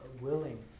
willing